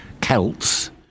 Celts